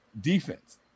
defense